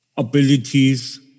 abilities